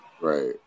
Right